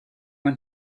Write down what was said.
want